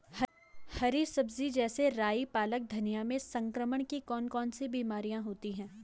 हरी सब्जी जैसे राई पालक धनिया में संक्रमण की कौन कौन सी बीमारियां होती हैं?